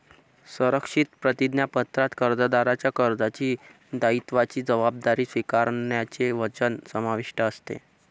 संरक्षित प्रतिज्ञापत्रात कर्जदाराच्या कर्जाच्या दायित्वाची जबाबदारी स्वीकारण्याचे वचन समाविष्ट असते